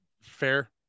Fair